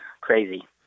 crazy